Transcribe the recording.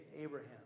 Abraham